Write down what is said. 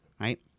right